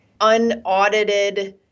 unaudited